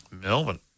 Melbourne